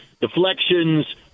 deflections